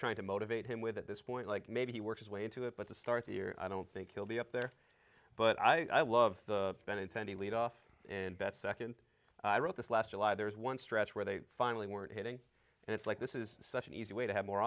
trying to motivate him with at this point like maybe he worked his way into it but to start the year i don't think he'll be up there but i love been attending lead off and bet nd i wrote this last july there's one stretch where they finally weren't hitting and it's like this is such an easy way to have more